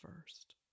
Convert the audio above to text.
first